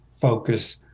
focus